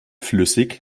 flüssig